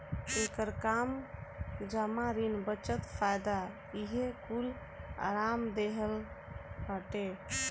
एकर काम जमा, ऋण, बचत, फायदा इहे कूल आराम देहल हटे